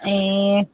ए